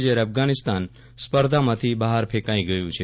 જયારે અફઘાનિસ્તાન સ્પર્ધામાંથી બહાર ફેંકાઈ ગયું છે